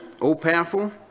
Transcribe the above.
all-powerful